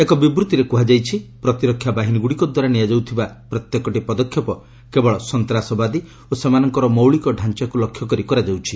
ଏକ ବିବୃତ୍ତିରେ କୁହାଯାଇଛି ପ୍ରତିରକ୍ଷା ବାହିନୀଗୁଡ଼ିକ ଦ୍ୱାରା ନିଆଯାଉଥିବା ପ୍ରତ୍ୟେକଟି ପଦକ୍ଷେପ କେବଳ ସନ୍ତାସବାଦୀ ଓ ସେମାନଙ୍କର ମୌଳିକ ଢାଞ୍ଚାକୁ ଲକ୍ଷ୍ୟ କରି କରାଯାଉଛି